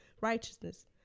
righteousness